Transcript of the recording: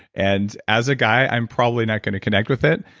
and as a guy i'm probably not going to connect with it,